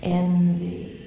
envy